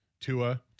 Tua